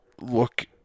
look